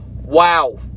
Wow